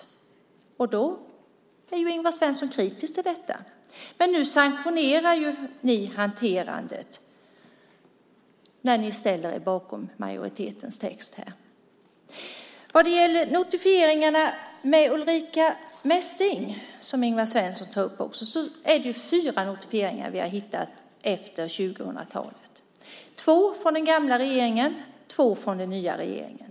Ingvar Svensson är kritisk till detta. Men nu sanktionerar ni hanterandet när ni ställer er bakom majoritetens text. Ingvar Svensson tar också upp notifieringarna med Ulrica Messing. Det är fyra notifieringar som vi har hittat under 2000-talet. Det är två från den gamla regeringen och två från den nya regeringen.